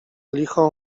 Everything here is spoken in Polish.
licho